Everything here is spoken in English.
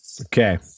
okay